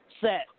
Set